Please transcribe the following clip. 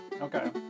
Okay